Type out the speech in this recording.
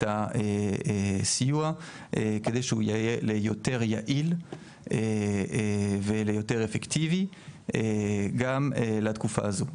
הסיוע כדי שהוא יהיה יותר יעיל ויותר אפקטיבי גם לתקופה הזו.